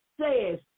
says